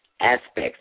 aspects